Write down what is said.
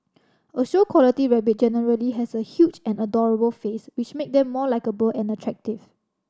a show quality rabbit generally has a huge and adorable face which make them more likeable and attractive